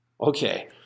Okay